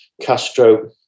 Castro